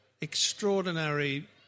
extraordinary